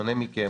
בשונה מכם,